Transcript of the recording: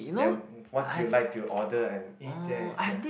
that what you like to order and eat there ya